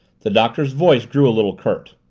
the doctor's voice grew a little curt.